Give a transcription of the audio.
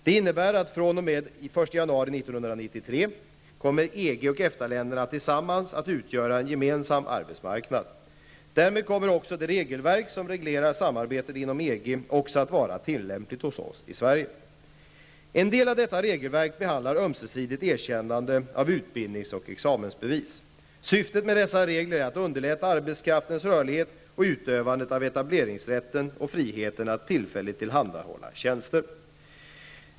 Detta innebär, att fr.o.m. den 1 januari 1993 kommer EG och EFTA länderna tillsammans att utgöra en gemensam arbetsmarknad. Därmed kommer också det regelverk som reglerar samarbetet inom EG också att vara tillämpligt hos oss i Sverige. En del av detta regelverk behandlar ömsesidigt erkännande av utbildnings och examensbevis. Syftet med dessa regler är att underlätta arbetskraftens rörlighet och utövandet av etableringsrätten och friheten att tillfälligt tillhandahålla tjänster.